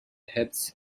hips